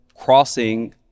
crossing